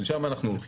לשם אנחנו הולכים.